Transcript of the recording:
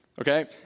Okay